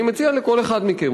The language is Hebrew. אני מציע לכל אחד מכם,